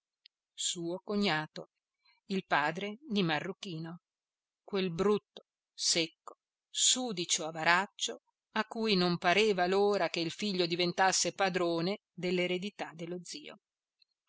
fine suo cognato il padre di marruchino quel brutto secco sudicio avaraccio a cui non pareva l'ora che il figlio diventasse padrone dell'eredità dello zio